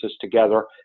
together